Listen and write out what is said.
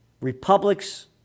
republics